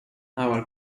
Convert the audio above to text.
our